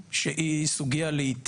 588 אירועים,